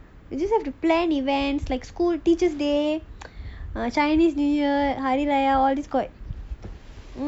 you just have to plan events like school teachers day err chinese new year hari raya or this got